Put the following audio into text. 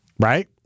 Right